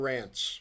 Rants